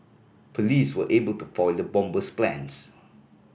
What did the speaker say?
police were able to foil the bomber's plans